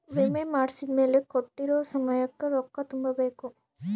ವಿಮೆ ಮಾಡ್ಸಿದ್ಮೆಲೆ ಕೋಟ್ಟಿರೊ ಸಮಯಕ್ ರೊಕ್ಕ ತುಂಬ ಬೇಕ್